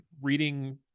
reading